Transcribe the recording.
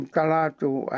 Kalatu